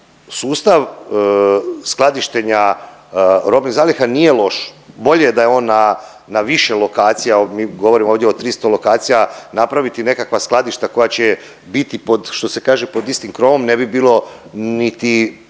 sustav skladištenja robnih zaliha nije loš, bolje da je on n a više lokacija. Govorim ovdje o 300 lokacija napraviti nekakva skladišta koja će biti pod što se kaže pod istim krovom. Ne bi bilo niti